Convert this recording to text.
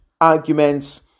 arguments